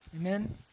Amen